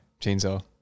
Chainsaw